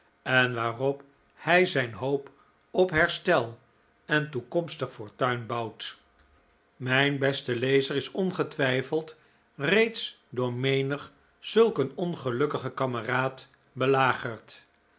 en waarop hij zijn hoop op herstel en toekomstig fortuin bouwt mijn beste lezer is ongetwijfeld reeds door menig zulk een ongelukkigen kameraad beiagerd